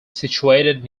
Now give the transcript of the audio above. situated